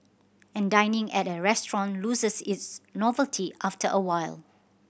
and dining at a restaurant loses its novelty after a while